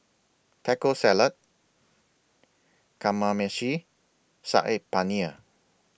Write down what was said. Taco Salad Kamameshi Saag Paneer